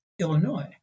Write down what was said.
Illinois